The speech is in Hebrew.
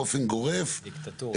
באופן גורף -- דיקטטורה.